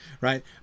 Right